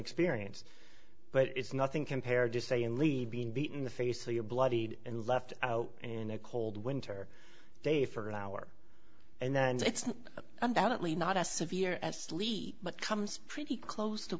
experience but it's nothing compared to say and leave being beaten in the face so you're bloodied and left out in a cold winter day for an hour and then it's undoubtedly not as severe as lee but comes pretty close to